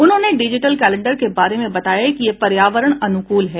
उन्होंने digital calendar के बारे में बताया कि यह पर्यावरण अनुकूल है